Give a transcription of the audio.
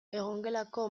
egongelako